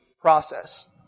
process